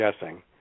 guessing